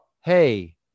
Hey